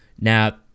Now